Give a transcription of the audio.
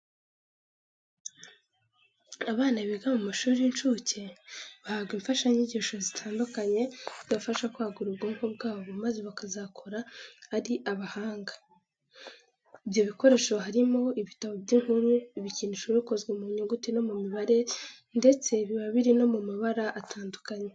Abana biga mu mashuri y'inshuke bahabwa imfashanyigisho zitandukanye zibafasha kwagura ubwonko bwabo maze bakazakura ari abahanga. Ibyo bikoresho harimo ibitabo by'inkuru, ibikinisho biba bikozwe mu nyuguti no mu mibare ndetse biba biri no mu mabara atandukanye.